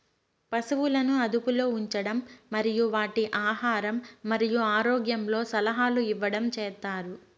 పసువులను అదుపులో ఉంచడం మరియు వాటి ఆహారం మరియు ఆరోగ్యంలో సలహాలు ఇవ్వడం చేత్తారు